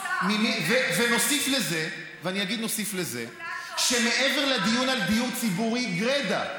ונוסיף לזה שמעבר לדיון על דיור ציבורי גרידא,